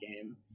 game